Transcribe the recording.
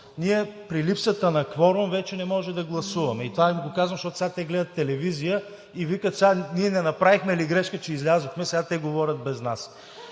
Ние при липсата на кворум вече не може да гласуваме. Това им го казвам, защото сега те гледат телевизия и викат: „Сега ние не направихме ли грешка, че излязохме – сега те говорят без нас.“